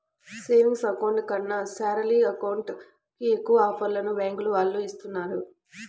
savings account కన్నా salary account కి ఎక్కువ ఆఫర్లను బ్యాంకుల వాళ్ళు ఇస్తున్నారు